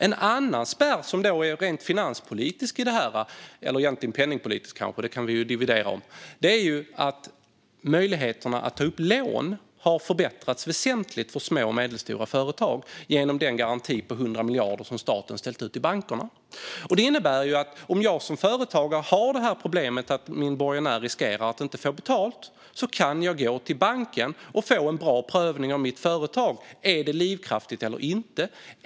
En annan spärr som är rent finanspolitisk - egentligen penningpolitisk, och det kan vi dividera om - är att möjligheterna att ta upp lån har förbättrats väsentligt för små och medelstora företag tack vare den garanti på 100 miljarder som staten har ställt ut till bankerna. Det innebär att om jag som företagare har problemet att min borgenär riskerar att inte få betalt kan jag gå till banken och få en bra prövning av mitt företag. Är det livskraftigt eller inte?